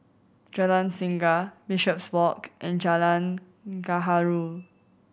Jalan Singa Bishopswalk and Jalan Gaharu